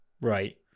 right